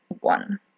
one